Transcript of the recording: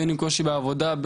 בין אם קושי בעבודה,